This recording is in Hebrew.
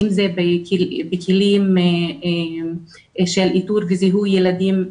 אם זה בכלים של איתור וזיהוי ילדים,